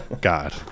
God